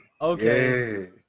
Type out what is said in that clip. Okay